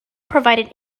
provided